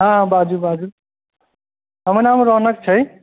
हँ हँ बाजू बाजू हमर नाम रौनक छै